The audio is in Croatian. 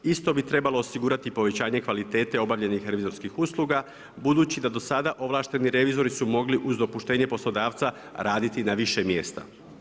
Isto bi trebalo osigurati povećanje kvalitete obavljenih revizorskih usluga, budući da do sada ovlašteni revizori su mogli uz dopuštenje poslodavca raditi na više mjesta.